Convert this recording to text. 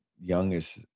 youngest